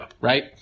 Right